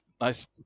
nice